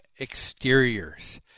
Exteriors